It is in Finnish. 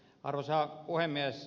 arvoisa puhemies